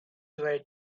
were